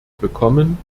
bekommen